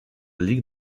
ligue